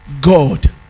God